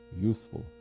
useful